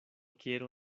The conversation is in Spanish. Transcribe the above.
quiero